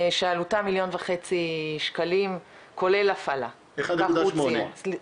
שעלותה מיליון וחצי ₪ כולל הפעלה, כך הוא ציין.